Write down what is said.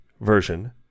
version